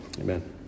Amen